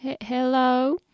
Hello